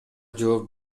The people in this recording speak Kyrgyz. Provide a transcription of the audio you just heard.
жооп